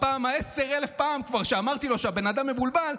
בפעם ה-10,000 כבר אמרתי לו שהבן אדם מבולבל.